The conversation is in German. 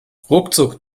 ruckzuck